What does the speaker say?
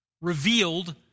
Revealed